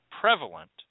prevalent